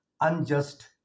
unjust